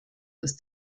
ist